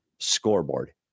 scoreboard